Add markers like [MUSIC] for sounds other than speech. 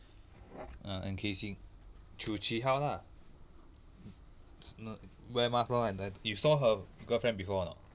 ah and casing through chee hao lah [NOISE] wear mask lor and then you saw her girlfriend before or not